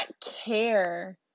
care